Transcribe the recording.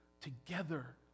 together